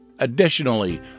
Additionally